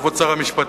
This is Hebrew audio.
כבוד שר המשפטים.